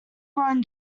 grown